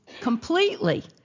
completely